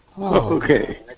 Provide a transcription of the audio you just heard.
Okay